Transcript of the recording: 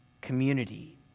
community